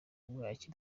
bwaki